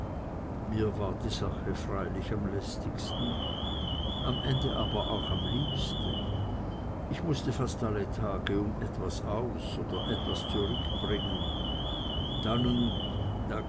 mir war die sache freilich am lästigsten sobald ich listig wurde und durch die liebe wird man es am ende aber auch am liebsten ich mußte fast alle tage um etwas aus oder etwas zurückbringen